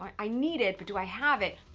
i need it but do i have it?